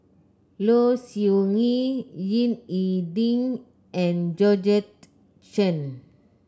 Low Siew Nghee Ying E Ding and Georgette Chen